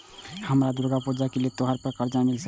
हमरा दुर्गा पूजा के लिए त्योहार पर कर्जा मिल सकय?